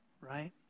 right